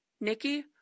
Nikki